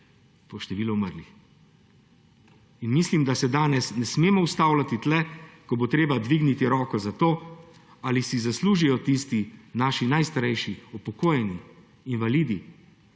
po številu umrlih. In mislim, da se danes ne smemo ustavljati tukaj, ko bo treba dvigniti roko za to, ali si zaslužijo tisti naši najstarejši, upokojeni, invalidi,